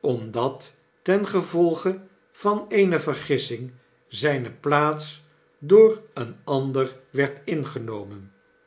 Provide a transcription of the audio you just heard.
omdat ten gevolge van eene vergissing zijne plaats door een ander werd ingenomen